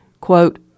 Quote